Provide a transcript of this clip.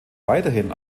weiterhin